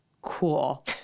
cool